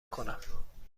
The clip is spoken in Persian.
کنم